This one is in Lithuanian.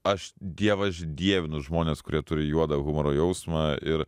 aš dievaži dievinu žmones kurie turi juodą humoro jausmą ir